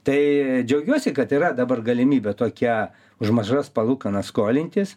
tai džiaugiuosi kad yra dabar galimybė tokia už mažas palūkanas skolintis